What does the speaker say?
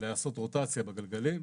לעשות רוטציה בגלגלים,